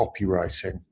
copywriting